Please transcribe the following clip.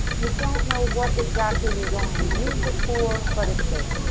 you don't know what exactly you're going to use it for, but it's there.